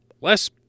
less